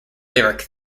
lyric